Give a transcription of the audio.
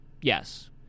Yes